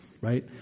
right